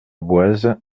boise